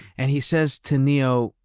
and he says to neo,